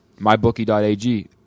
MyBookie.ag